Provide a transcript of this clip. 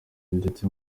ndetse